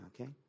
okay